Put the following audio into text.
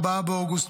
4 באוגוסט,